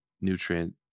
nutrient